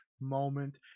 moment